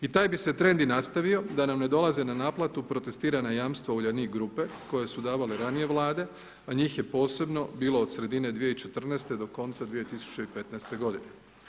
I taj bi se trend i nastavio da nam ne dolaze na naplatu protestirana jamstva Uljanik grupe koje su davale ranije Vlade, a njih je posebno bilo od sredine 2014.-te do konca 2015.-te godine.